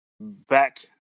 Back